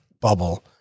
bubble